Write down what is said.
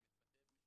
זה מתבטא במשאבים,